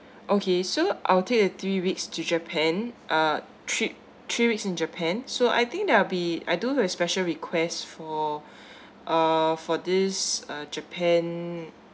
okay so I'll take the three weeks to japan uh trip three weeks in japan so I think there'll be I'll do have a special requests for uh for this uh japan